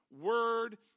word